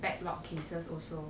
backlog cases also